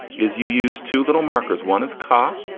is you use two little markers. one is car,